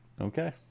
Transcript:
Okay